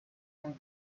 owned